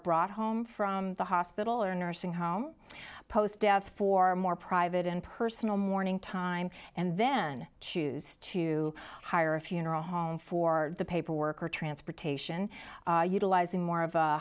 brought home from the hospital or nursing home post death for more private and personal mourning time and then choose to hire a funeral home for the paperwork or transportation utilizing more of a